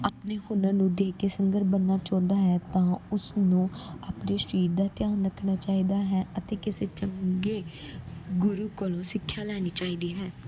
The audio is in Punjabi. ਆਪਣੇ ਹੁਨਰ ਨੂੰ ਦੇਖ ਕੇ ਸਿੰਗਰ ਬਣਨਾ ਚਾਹੁੰਦਾ ਹੈ ਤਾਂ ਉਸ ਨੂੰ ਆਪਣੇ ਸਰੀਰ ਦਾ ਧਿਆਨ ਰੱਖਣਾ ਚਾਹੀਦਾ ਹੈ ਅਤੇ ਕਿਸੇ ਚੰਗੇ ਗੁਰੂ ਕੋਲੋਂ ਸਿੱਖਿਆ ਲੈਣੀ ਚਾਹੀਦੀ ਹੈ